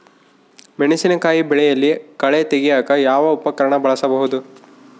ಮೆಣಸಿನಕಾಯಿ ಬೆಳೆಯಲ್ಲಿ ಕಳೆ ತೆಗಿಯಾಕ ಯಾವ ಉಪಕರಣ ಬಳಸಬಹುದು?